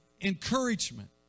encouragement